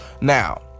Now